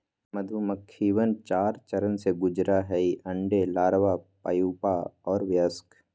मधुमक्खिवन चार चरण से गुजरा हई अंडे, लार्वा, प्यूपा और वयस्क